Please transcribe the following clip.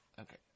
Okay